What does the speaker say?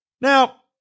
Now